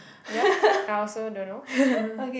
yup I also don't know